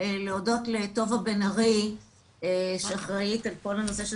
להודות לטובה בן ארי שאחראית על כל הנושא של